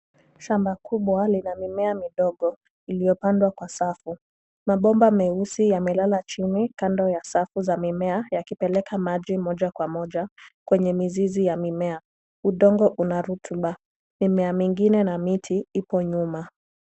Shamba kubwa lina mimea midogo iliyopandwa kwa safu. Mabomba meusi yamelala chini kando ya safu za mimea yakipeleka maji moja kwa moja kwenye mizizi ya mimea. Udongo una rutuba. Mimea mingine na miti ipo nyuma.